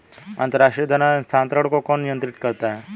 अंतर्राष्ट्रीय धन हस्तांतरण को कौन नियंत्रित करता है?